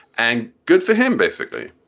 and good for him basically,